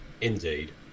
Indeed